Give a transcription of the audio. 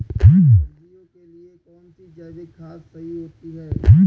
सब्जियों के लिए कौन सी जैविक खाद सही होती है?